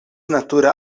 natura